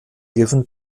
given